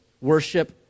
worship